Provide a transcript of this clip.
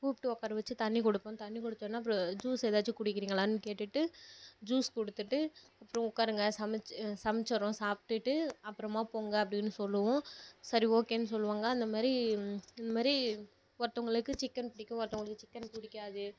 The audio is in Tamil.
கூப்பிட்டு உட்கார வச்சி தண்ணி கொடுப்பேன் தண்ணி கொடுத்தவொன்னே அப்புறோம் ஜூஸ் ஏதாச்சு குடிக்கிறீங்களான்னு கேட்டுட்டு ஜூஸ் கொடுத்துட்டு அப்புறோம் உட்காருங்க சமச் சமச்சுறோம் சாப்பிடுட்டு அப்புறமா போங்க அப்படின்னு சொல்லுவோம் சரி ஓகேன்னு சொல்லுவாங்க அந்த மாதிரி இந்த மாதிரி ஒருத்தவங்களுக்கு சிக்கன் பிடிக்கும் ஒருத்தவங்களுக்கு சிக்கன் பிடிக்காது